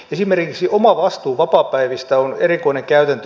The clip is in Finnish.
esimerkiksi omavastuu vapaapäivistä on erikoinen käytäntö